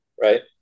right